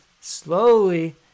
slowly